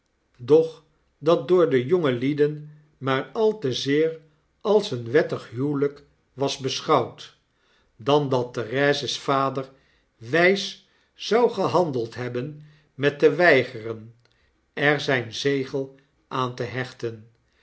waren dochdat door de jongelieden maar al te zeer als een wettig huweljjk was beschouwd dan dat therese's vader wjjs zou gehandeld hebbenmette weigeren er zyn zegel aan te hechten